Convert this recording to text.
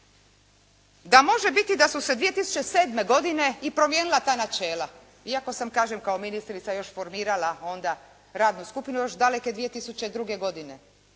da može biti da su se 2007. godine i promijenila ta načela iako sam kažem kao ministrica još formirala onda radnu skupinu još daleke 2002. godine